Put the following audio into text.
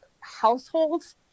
households